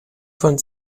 von